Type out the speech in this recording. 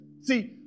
See